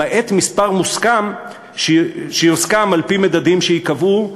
למעט מספר מוסכם שיוסכם על-פי מדדים שייקבעו,